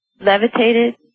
levitated